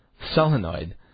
Solenoid